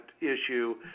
issue